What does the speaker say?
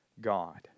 God